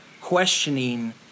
questioning